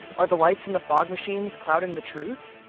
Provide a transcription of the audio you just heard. are the lights and the fog machines clouding the truth?